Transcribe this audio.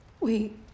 Wait